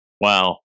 Wow